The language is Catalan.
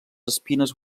espines